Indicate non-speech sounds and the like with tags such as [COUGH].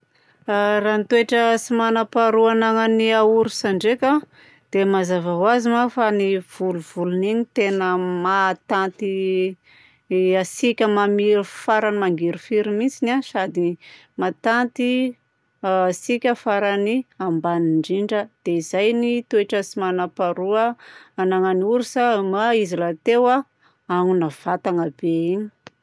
[HESITATION] Raha ny toetra tsy manam-paharoa ananan'ny aorsa ndraika a dia mazava ho azy a fa ny volovolon'iny no tena mahatanty [HESITATION] hatsiaka mamiro farany mangirifiry mihitsy a sady mahatanty hatsiaka farany ambany indrindra. Dia izay ny toetra tsy manam-paharoa ananan'ny orsa ma izy rahateo a aogna vatana be igny.